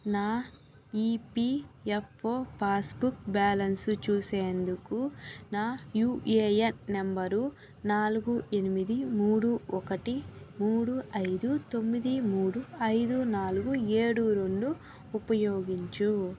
నా EPFO passbook balance చూసేందుకు నా యూఏఎన్ నంబరు నాలుగు ఎనిమిది మూడు ఒకటి మూడు ఐదు తొమ్మిది మూడు ఐదు నాలుగు ఏడు రెండు ఉపయోగించు